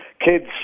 kids